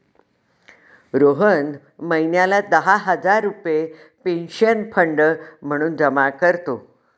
रोहन महिन्याला दहा हजार रुपये पेन्शन फंड म्हणून जमा करतो